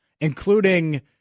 including